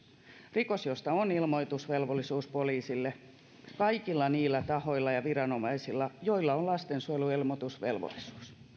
rikos josta on ilmoitusvelvollisuus poliisille kaikilla niillä tahoilla ja viranomaisilla joilla on lastensuojeluilmoitusvelvollisuus